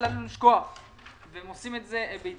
הם עושים את זה בהתנדבות.